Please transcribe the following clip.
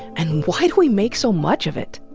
and why do we make so much of it?